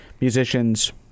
musicians